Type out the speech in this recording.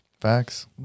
facts